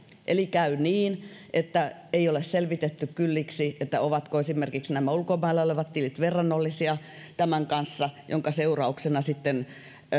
eli käy niin että ei ole selvitetty kylliksi ovatko esimerkiksi nämä ulkomailla olevat tilit verrannollisia tämän kanssa minkä seurauksena sitten